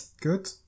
good